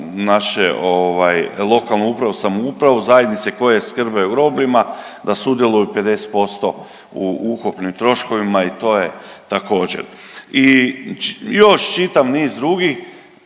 naše lokalnu upravu, samoupravu zajednice koje skrbe o grobljima da sudjeluju 50% u ukupnim troškovima i to je također i još čitav niz drugih,